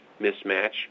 mismatch